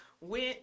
went